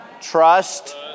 trust